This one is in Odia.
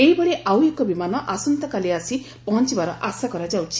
ଏହିଭଳି ଆଉ ଏକ ବିମାନ ଆସନ୍ତାକାଲି ଆସି ପହଞ୍ଚବାର ଆଶା କରାଯାଉଛି